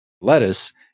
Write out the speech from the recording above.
lettuce